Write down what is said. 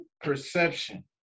perception